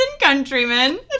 countrymen